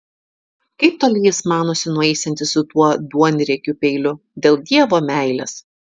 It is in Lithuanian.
kaip toli jis manosi nueisiantis su tuo duonriekiu peiliu dėl dievo meilės